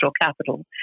capital